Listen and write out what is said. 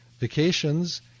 vacations